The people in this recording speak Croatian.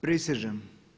Prisežem.